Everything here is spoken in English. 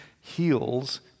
heals